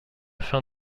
fin